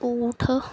ਊਠ